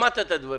שמעת את הדברים?